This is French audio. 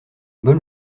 bonne